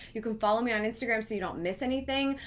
you can follow me on instagram so you don't miss anything.